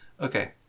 Okay